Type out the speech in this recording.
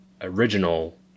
original